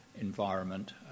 environment